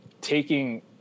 taking